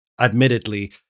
admittedly